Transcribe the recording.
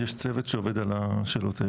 יש צוות שעובד על השאלות האלה.